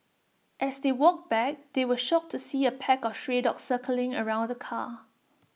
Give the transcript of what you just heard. as they walked back they were shocked to see A pack of stray dogs circling around the car